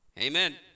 Amen